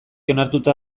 onartuta